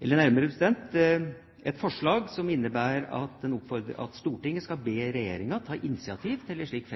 eller nærmere bestemt et forslag som innebærer at Stortinget skal be regjeringa ta initiativ til en slik